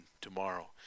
tomorrow